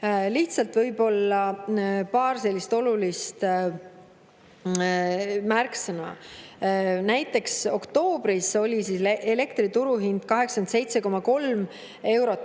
Lihtsalt paar sellist olulist märksõna. Näiteks, oktoobris oli elektri turuhind 87,3 eurot